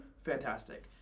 fantastic